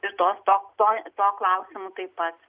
ir tos to tuo tuo klausimu taip pat